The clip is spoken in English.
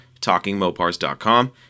TalkingMopars.com